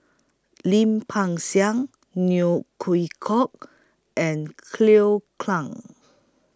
Lim Peng Siang Neo Chwee Kok and Cleo